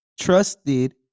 trusted